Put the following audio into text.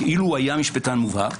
כאילו היה משפטן מובהק.